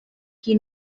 qui